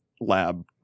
lab